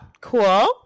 cool